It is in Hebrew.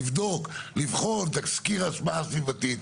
לבדוק ולבחון את התסקיר על ההשפעה הסביבתית,